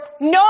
no